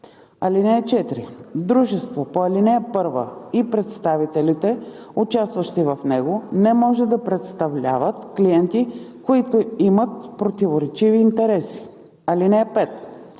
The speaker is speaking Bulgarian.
(4) Дружество по ал. 1 и представителите, участващи в него, не може да представляват клиенти, които имат противоречиви интереси. (5)